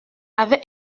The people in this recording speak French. avec